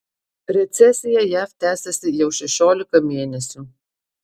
recesija jav tęsiasi jau šešiolika mėnesių